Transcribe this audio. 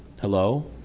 Hello